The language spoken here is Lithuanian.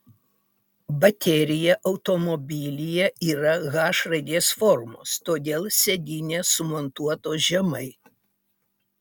baterija automobilyje yra h raidės formos todėl sėdynės sumontuotos žemai